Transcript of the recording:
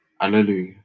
Alleluia